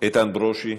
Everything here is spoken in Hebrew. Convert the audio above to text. איתן ברושי,